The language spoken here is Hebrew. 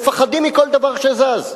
מפחדים מכל דבר שזז.